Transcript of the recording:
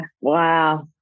Wow